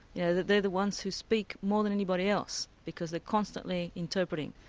yeah they're the ones who speak more than anybody else, because they're constantly interpreting.